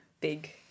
big